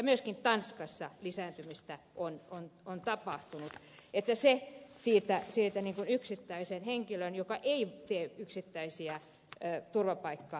myöskin tanskassa lisääntymistä on tapahtunut niin että se siitä yksittäisen henkilön vaikutuksesta joka ei tee yksittäisiä turvapaikkapäätöksiä